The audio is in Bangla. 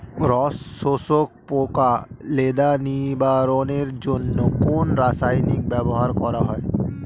রস শোষক পোকা লেদা নিবারণের জন্য কোন রাসায়নিক ব্যবহার করা হয়?